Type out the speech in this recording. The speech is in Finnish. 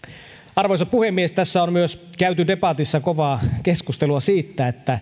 arvoisa puhemies tässä on myös käyty debatissa kovaa keskustelua siitä